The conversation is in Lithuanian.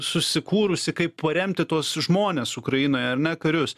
susikūrusi kaip paremti tuos žmones ukrainoje ar ne karius